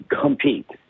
compete